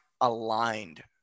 aligned